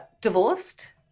divorced